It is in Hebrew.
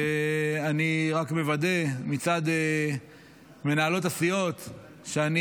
אני רק מוודא מצד מנהלות הסיעות שאני